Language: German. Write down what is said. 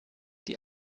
die